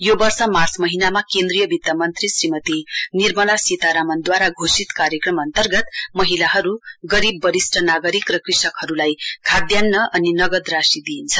यो वर्ष मार्च महीनामा केन्द्रीय वित्त मन्त्री श्रीमती निर्मला सीतारामनद्वारा घोषित कार्यक्रम अन्तर्गत महिलाहरू गरीब बरिष्ट नागरिक र कृषकहरूलाई खाद्यान्त अनि नगद राशि दिइन्छ